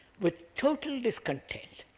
with total discontent.